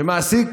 שמעסיק